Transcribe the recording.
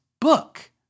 book